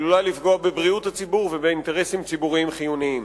עלולה לפגוע בבריאות הציבור ובאינטרסים ציבוריים חיוניים.